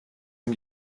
dem